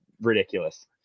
ridiculous